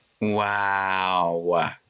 Wow